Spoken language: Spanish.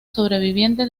sobreviviente